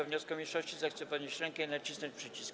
wniosku mniejszości, zechce podnieść rękę i nacisnąć przycisk.